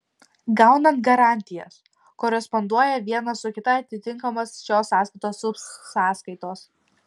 gaunant garantijas koresponduoja viena su kita atitinkamos šios sąskaitos subsąskaitos